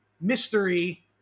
Mystery